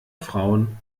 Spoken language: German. frauen